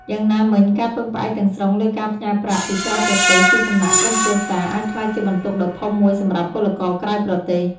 យ៉ាងណាមិញ ការពឹងផ្អែកទាំងស្រុងលើការផ្ញើប្រាក់ពីក្រៅប្រទេសពីសំណាក់ក្រុមគ្រួសារ អាចក្លាយជាបន្ទុកដ៏ធំមួយសម្រាប់ពលករក្រៅប្រទេស។